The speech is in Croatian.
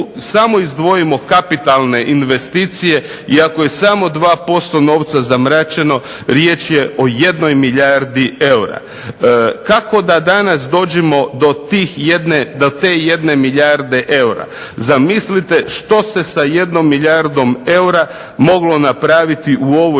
samo izdvojimo kapitalne investicije i ako je samo 2% novca zamračeno riječ je o 1 milijardi eura. Kako da danas dođemo do te 1 milijarde eura, zamislite što se sa 1 milijardom eura moglo napraviti u ovoj